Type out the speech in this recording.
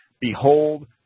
Behold